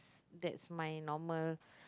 that's my normal